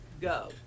go